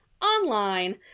Online